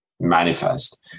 Manifest